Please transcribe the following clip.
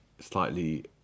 slightly